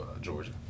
Georgia